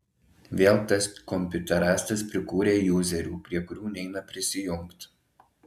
vėl tas kompiuterastas prikūrė juzerių prie kurių neina prisijungt